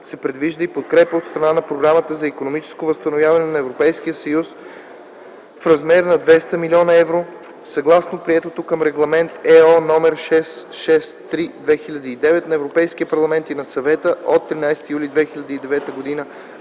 се предвижда и подкрепа от страна на Програмата за икономическо възстановяване на Европейския съюз в размер на 200 млн. евро, съгласно Приложението към Регламент ЕО№ 663/2009 на Европейския парламент и на Съвета от 13 юли 2009 г.